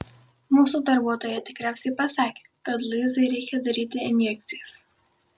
mūsų darbuotoja tikriausiai pasakė kad luizai reikia daryti injekcijas